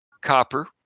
Copper